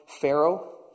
Pharaoh